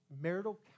marital